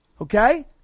Okay